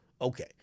okay